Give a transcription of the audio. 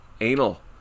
anal